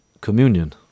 communion